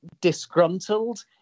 disgruntled